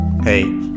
Hey